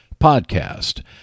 podcast